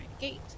gate